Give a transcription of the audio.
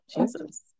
jesus